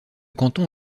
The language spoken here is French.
canton